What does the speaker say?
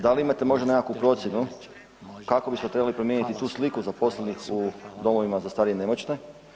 Da li imate možda nekakvu procjenu kako bi se trebali promijeniti tu sliku zaposlenih u domovima za starije i nemoćne?